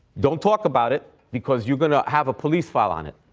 don't talk about it because you're going to have a police file on it.